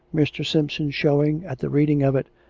mr. simpson showing, at the reading of it,